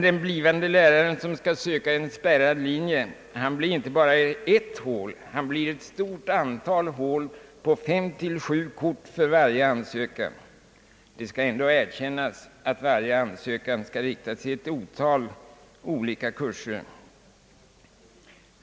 Den blivande läraren, som skall söka till en spärrad linje, blir inte bara ett hål utan ett stort antal hål på fem å sju kort för var ansökan varje ansökan skall dock gälla för ett otal olika kurser.